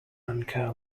anchor